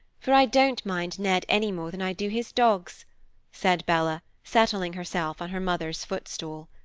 for i don't mind ned any more than i do his dogs said bella, settling herself on her mother's footstool.